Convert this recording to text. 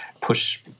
push